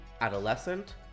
adolescent